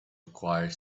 acquire